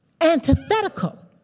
antithetical